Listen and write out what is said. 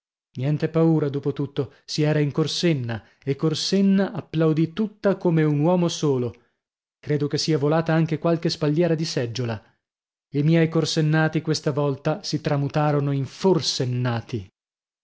niente paura dopo tutto si era in corsenna e corsenna applaudì tutta come un uomo solo credo che sia volata anche qualche spalliera di seggiola i miei corsennati questa volta si tramutarono in